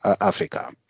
Africa